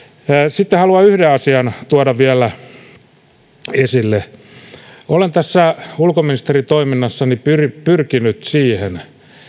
sitten haluan yhden asian tuoda vielä esille olen tässä ulkoministeritoiminnassani pyrkinyt pyrkinyt siihen